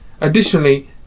Additionally